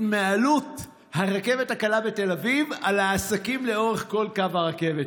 מעלות הרכבת הקלה בתל אביב על העסקים לאורך כל קו הרכבת.